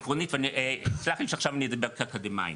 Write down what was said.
עקרונית, וסלח לי שעכשיו אני אדבר קצת אקדמאית.